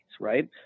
right